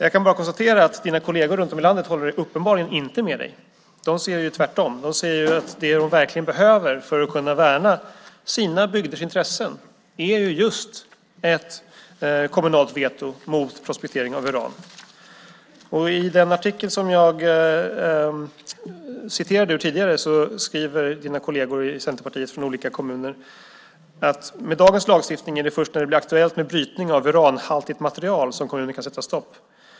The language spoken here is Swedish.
Jag kan bara konstatera att hans kolleger runt om i landet uppenbarligen inte håller med honom. De säger tvärtom. De säger att det som de verkligen behöver för att kunna värna sina bygders intressen är just ett kommunalt veto mot prospektering av uran. I den artikel som jag läste ur tidigare skriver dina kolleger i Centerpartiet från olika kommuner följande: Med dagens lagstiftning är det först när det blir aktuellt med brytning av uranhaltigt material som kommunen kan sätta stopp.